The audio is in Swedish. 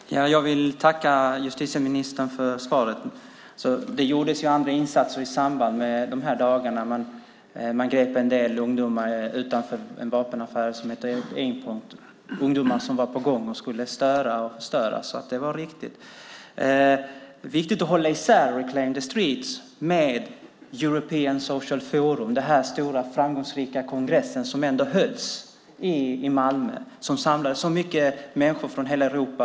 Herr talman! Jag vill tacka justitieministern även för det svaret. Det gjordes också andra insatser under dessa dagar. En del ungdomar greps utanför en vapenaffär, ungdomar som var på gång och skulle störa. Det var riktigt att gripa dem. Det är viktigt att hålla isär Reclaim the Streets och European Social Forum, den stora och framgångsrika kongress som hölls i Malmö och som samlade så mycket människor från hela Europa.